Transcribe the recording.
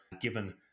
given